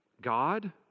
God